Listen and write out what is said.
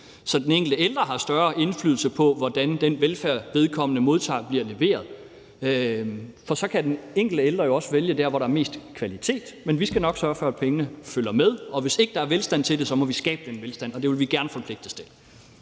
så den enkelte ældre har større indflydelse på, hvordan den velfærd, denne ældre modtager, bliver leveret, for så kan den enkelte ældre også vælge det, hvor der er mest kvalitet. Men vi skal nok sørge for, at pengene følger med, og hvis ikke der er velstand til det, må vi skabe den velstand, og det vil vi gerne forpligte os til.